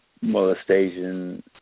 molestation